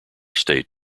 state